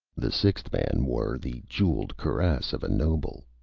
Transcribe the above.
the sixth man wore the jewelled cuirass of a noble.